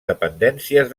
dependències